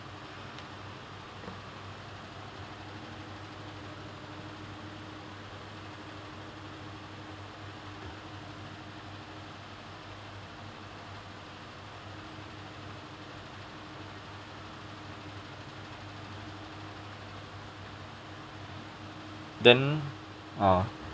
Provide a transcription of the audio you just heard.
then uh